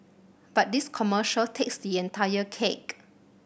but this commercial takes the entire cake